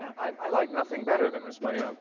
i like nothing better than responding.